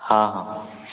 ହଁ ହଁ